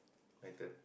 my turn